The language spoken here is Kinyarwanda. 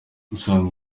ubusanzwe